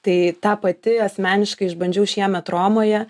tai tą pati asmeniškai išbandžiau šiemet romoje